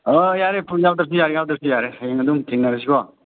ꯌꯥꯔꯦ ꯐꯨꯜ ꯌꯥꯎꯗ꯭ꯔ ꯌꯥꯔꯦ ꯌꯥꯎꯗ꯭ꯔꯁꯨ ꯌꯥꯔꯦ ꯍꯌꯦꯡ ꯑꯗꯨꯝ ꯊꯦꯡꯅꯔꯁꯤꯀꯣ